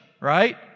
right